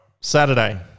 Saturday